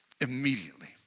Immediately